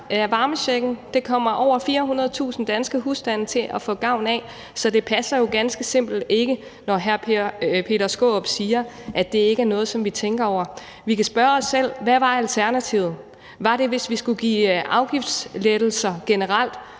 varmechecken. Den kommer over 400.000 danske husstande til at få gavn af. Så det passer jo ganske simpelt ikke, når hr. Peter Skaarup siger, at det ikke er noget, som vi tænker over. Vi kan spørge os selv: Hvad var alternativet? Var det, at vi skulle give afgiftslettelser generelt